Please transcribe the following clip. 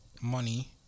money